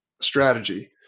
strategy